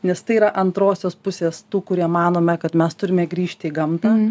nes tai yra antrosios pusės tų kurie manome kad mes turime grįžti į gamtą